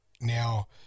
now